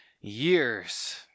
years